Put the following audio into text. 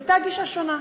הייתה שונה.